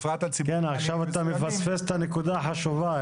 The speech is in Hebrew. אתה מפספס את הנקודה החשובה,